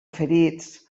ferits